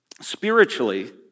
Spiritually